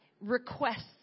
requests